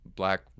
black